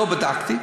לא בדקתי,